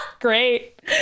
Great